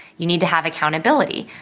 you need to have accountability.